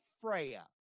Freya